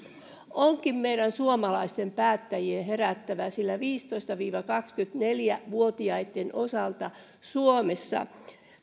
onkin meidän suomalaisten päättäjien herättävä sillä viisitoista viiva kaksikymmentäneljä vuotiaitten osalta suomessa